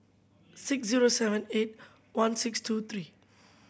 six zero seven eight one six two three